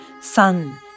sun